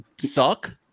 suck